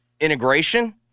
integration